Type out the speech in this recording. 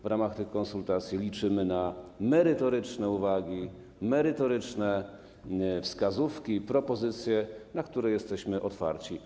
W ramach tych konsultacji liczymy na merytoryczne uwagi, merytoryczne wskazówki i propozycje, na które jesteśmy otwarci.